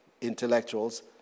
intellectuals